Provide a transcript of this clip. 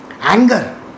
Anger